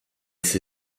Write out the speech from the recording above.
sie